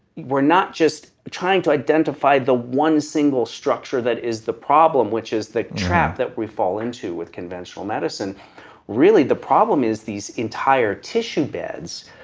we're not just trying to identify the one single structure that is the problem which is the trap that we fall into with conventional medicine really the problem is these entire tissue beds.